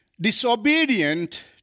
disobedient